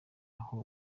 aho